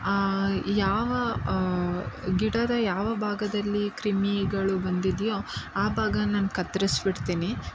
ಯಾವ ಗಿಡದ ಯಾವ ಭಾಗದಲ್ಲಿ ಕ್ರಿಮಿಗಳು ಬಂದಿದೆಯೋ ಆ ಭಾಗ ನಾನು ಕತ್ರಿಸ್ಬಿಡ್ತೀನಿ